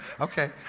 okay